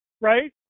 Right